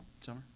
Summer